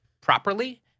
properly